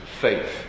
faith